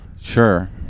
Sure